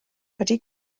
wedi